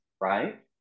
right